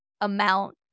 amount